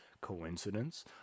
Coincidence